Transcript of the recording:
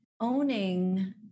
owning